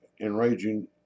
enraging